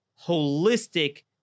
holistic